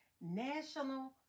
National